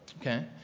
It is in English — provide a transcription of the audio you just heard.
Okay